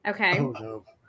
okay